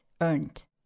earned